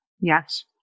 Yes